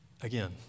again